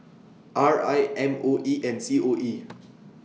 R I M O E and C O E